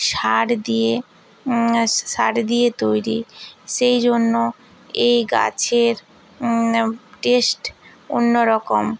সার দিয়ে সার দিয়ে তৈরি সেই জন্য এই গাছের টেস্ট অন্যরকম